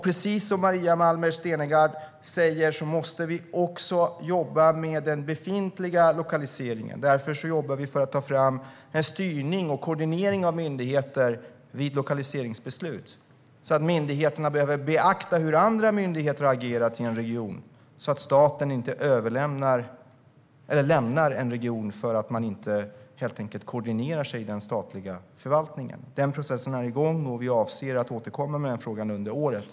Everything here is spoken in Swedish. Precis som Maria Malmer Stenergard säger måste vi också jobba med den befintliga lokaliseringen. Därför jobbar vi för att ta fram en styrning och koordinering av myndigheter vid lokaliseringsbeslut så att myndigheterna beaktar hur andra myndigheter har agerat i en region, så att staten inte lämnar en region därför att den statliga förvaltningen inte koordinerar sig. Den processen är igång, och vi avser att återkomma i frågan under året.